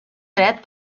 dret